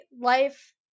Life